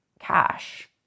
cash